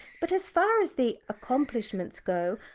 but as far as the accomplishments go,